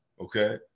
okay